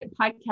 podcast